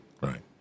Right